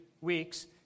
weeks